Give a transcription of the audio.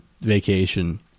vacation